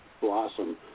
blossom